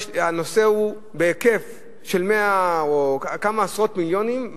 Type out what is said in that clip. הנושא הוא בהיקף של כמה עשרות מיליונים,